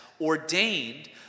ordained